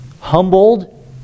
humbled